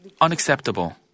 unacceptable